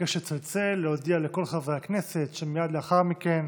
נבקש לצלצל ולהודיע לחברי הכנסת שמייד לאחר מכן